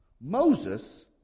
Moses